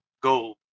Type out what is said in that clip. go